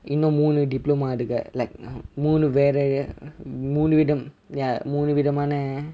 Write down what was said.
இன்னும் மூணு:innum moonnu diploma எடுக்க:edukka like மூணு வேறே மூணு விதம்:moonnu vere moonnu vitham ya மூணு விதமான:moonnu vithamaana